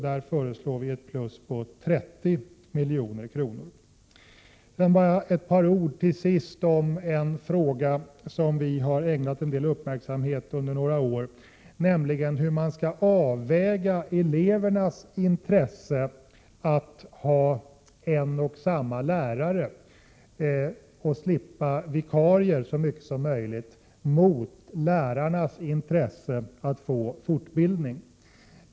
Vi föreslår ytterligare 30 milj.kr. Till sist vill jag säga några ord om en fråga som vi har ägnat en del uppmärksamhet åt under några år, nämligen hur man skall avväga elevernas intresse av att ha en och samma lärare och slippa vikarier så mycket som möjligt mot lärarnas intresse av att få fortbildning.